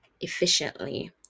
efficiently